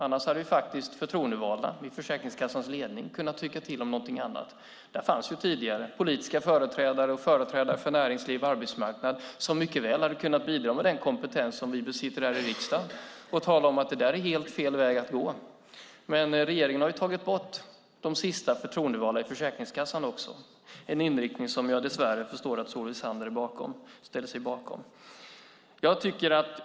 Annars hade de förtroendevalda i Försäkringskassans ledning kunnat tycka till om någonting annat. Det fanns tidigare politiska företrädare och företrädare för näringsliv och arbetsmarknad som mycket väl hade kunnat bidra med den kompetens som vi besitter här i riksdagen och tala om att det är helt fel väg att gå. Men regeringen har tagit bort de sista förtroendevalda i Försäkringskassan, en inriktning som jag förstår att Solveig Zander dess värre ställer sig bakom.